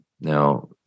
now